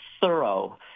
thorough